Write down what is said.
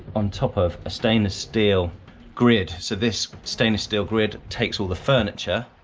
on top of a stainless steel grid, so this stainless steel grid takes all the furniture,